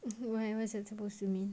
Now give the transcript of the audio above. what what is that suppose to mean